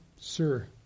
Sir